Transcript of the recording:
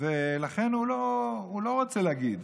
לכן הוא לא רוצה להגיד.